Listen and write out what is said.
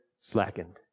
slackened